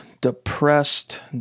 depressed